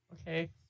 Okay